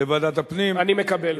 לוועדת הפנים, אני מקבל.